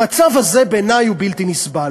המצב הזה, בעיני, הוא בלתי נסבל,